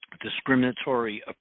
discriminatory